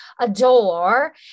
adore